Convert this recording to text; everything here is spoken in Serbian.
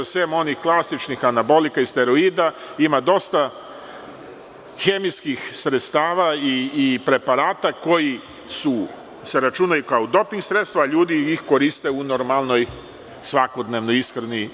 Sem onih klasičnih anabolika i steroida, ima dosta hemijskih sredstava i preparata koji se računaju kao doping sredstva, a ljudi ih koriste u normalnoj svakodnevnoj ishrani.